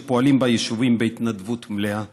שפועלים ביישובים בהתנדבות מלאה,